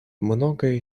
многое